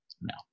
No